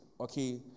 okay